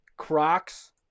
Crocs